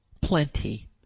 plenty